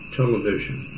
television